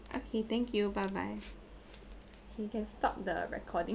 okay thank you bye bye okay can stop the recording